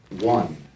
One